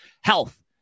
health